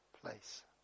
place